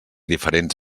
diferents